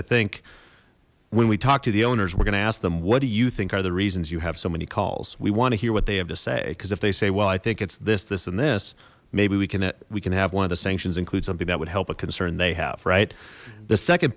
i think when we talk to the owners we're gonna ask them what do you think are the reasons you have so many calls we want to hear what they have to say because if they say well i think it's this this and this maybe we can we can have one of the sanctions include something that would help a concern they have right the second